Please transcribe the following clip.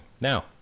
Now